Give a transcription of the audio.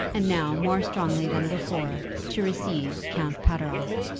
and now more strongly than before, to receive count pateroff.